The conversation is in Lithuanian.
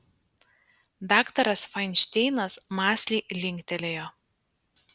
daktaras fainšteinas mąsliai linktelėjo